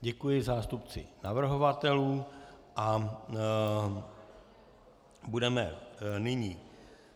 Děkuji zástupci navrhovatelů a budeme nyní